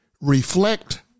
reflect